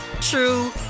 true